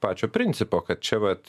pačio principo kad čia vat